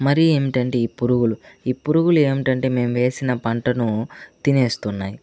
మరీ ఏంటంటే ఈ పురుగులు ఈ పురుగులు ఏంటంటే మేము వేసిన పంటను తినేస్తున్నాయి